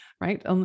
right